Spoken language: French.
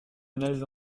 annales